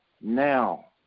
now